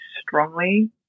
strongly